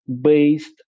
based